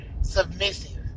submissive